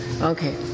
Okay